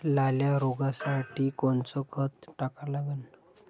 लाल्या रोगासाठी कोनचं खत टाका लागन?